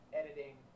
editing